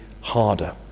harder